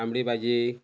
तांबडी भाजी